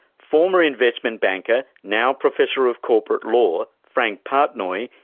former investment banker, now professor of corporate law, frank partnoy,